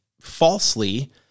falsely